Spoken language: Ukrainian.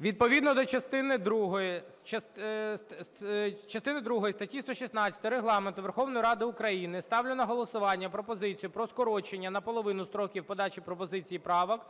Відповідно до частини другої статті 116 Регламенту Верховної Ради України ставлю на голосування пропозицію про скорочення наполовину строків подачі пропозицій і правок